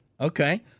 Okay